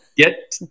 get